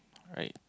right